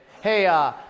Hey